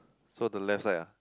so the left side ah